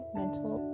mental